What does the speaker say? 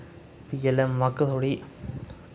जेल्लै मक्क थोह्ड़ी